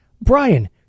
Brian